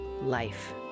life